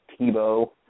Tebow